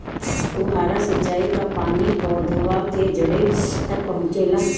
फुहारा सिंचाई का पानी पौधवा के जड़े तक पहुचे ला?